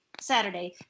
Saturday